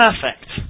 perfect